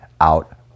out